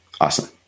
Awesome